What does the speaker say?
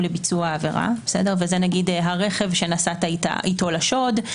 לביצוע העבירה וזה נגיד הרכב שנסעת איתו לשוד,